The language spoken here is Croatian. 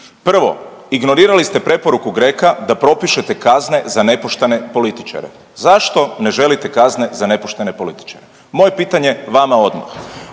Prvo, ignorirali ste preporuku GRECO-a da propišete kazne za nepoštene političare. Zašto ne želite kazne za nepoštene političare? Moje pitanje vama odmah.